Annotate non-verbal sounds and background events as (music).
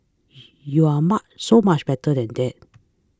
you are (unintelligible) so much better than that